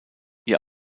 ihr